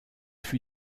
fut